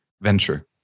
venture